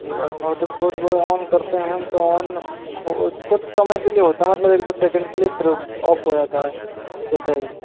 जी और hotspot on करते हैं हम तो ऑन हो कुछ समय के लिए होता मतलब एक दो सेकेंड के लिए फिर वो ऑफ हो जाता है स्वतः ही